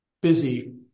busy